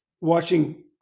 watching